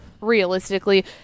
realistically